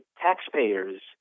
taxpayers